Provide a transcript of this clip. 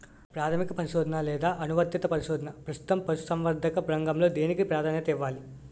ప్రాథమిక పరిశోధన లేదా అనువర్తిత పరిశోధన? ప్రస్తుతం పశుసంవర్ధక రంగంలో దేనికి ప్రాధాన్యత ఇవ్వాలి?